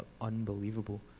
unbelievable